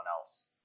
else